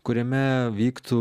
kuriame vyktų